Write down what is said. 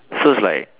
so is like